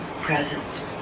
present